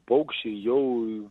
paukščiai jau